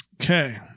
Okay